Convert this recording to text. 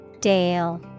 Dale